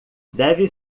deve